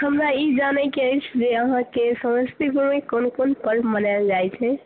हमरा ई जानैके अछि जे अहाँकेँ समस्तीपुरमे कोन कोन पर्व मनाएल जाइत छै